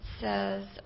says –